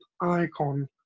Icon